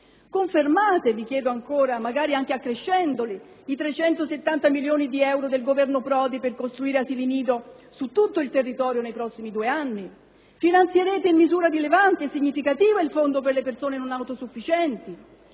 Confermate, vi chiedo ancora (magari anche accrescendoli), i 370 milioni di euro del Governo Prodi per costruire asili nido su tutto il territorio nei prossimi due anni? Finanzierete in misura rilevante e significativa il fondo per le persone non autosufficienti?